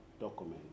document